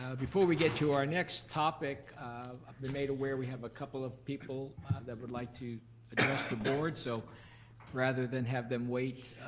before we get to our next topic, i've been made aware we have a couple of people that would like to address the board. so rather than have them wait